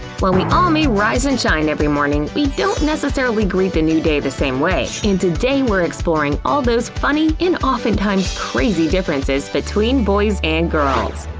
while we all may rise and shine every morning, we don't necessarily greet the new day the same way. and today, we're exploring all those funny and oftentimes crazy differences between boys and girls.